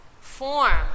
form